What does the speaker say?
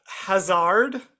Hazard